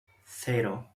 cero